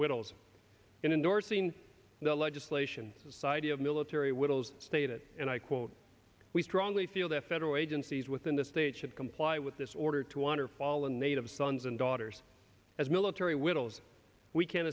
widows in indorsing the legislation society of military widows stated and i quote we strongly feel that federal agencies within the state should comply with this order to honor fallen native sons and daughters as military widows we can